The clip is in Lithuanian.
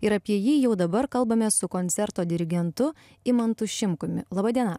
ir apie jį jau dabar kalbamės su koncerto dirigentu imantu šimkumi laba diena